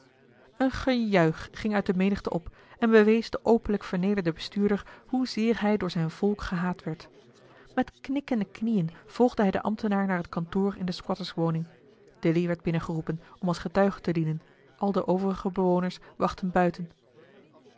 een gejuich ging uit de menigte op en bewees den openlijk vernederden bestuurder hoezeer hij door zijn volk gehaat werd met knikkende knieën volgde hij den ambtenaar naar het kantoor in de squatterswoning dilly werd binnengeroepen om als getuige te dienen al de overige bewoners wachtten buiten